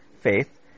faith